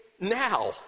Now